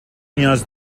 نیاز